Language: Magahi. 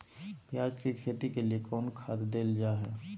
प्याज के खेती के लिए कौन खाद देल जा हाय?